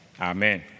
amen